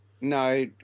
No